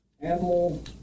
Animal